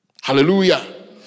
Hallelujah